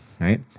right